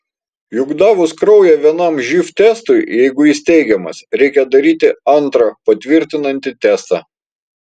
juk davus kraują vienam živ testui jeigu jis teigiamas reikia daryti antrą patvirtinantį testą